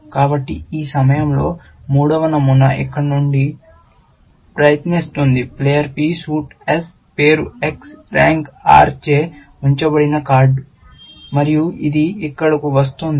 కాబట్టి ఈ నియమంలో మూడవ నమూనా ఇక్కడ నుండి ప్రవహిస్తోంది ప్లేయర్ P సూట్ S పేరు X ర్యాంక్ R చే ఉంచబడిన కార్డు మరియు ఇది ఇక్కడకు వస్తోంది